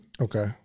Okay